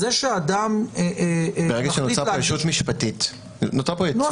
זה שאדם שמחליט --- ברגע שנוצרת פה ישות משפטית כלשהי,